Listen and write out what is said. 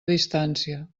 distància